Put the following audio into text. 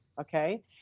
okay